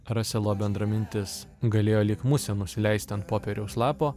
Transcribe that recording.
raselo bendramintis galėjo lyg musė nusileisti ant popieriaus lapo